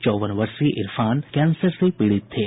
चैवन वर्षीय इरफान कैंसर से पीड़ित थे